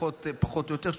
פחות או יותר.